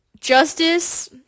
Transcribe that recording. Justice